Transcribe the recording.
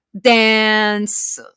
dance